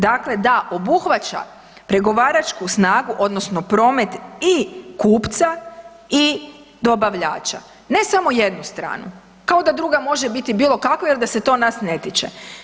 Dakle, da obuhvaća pregovaračku snagu odnosno promet i kupca i dobavljača, ne samo jednu stranu kao da druga može biti bilo kakva jer da se to nas ne tiče.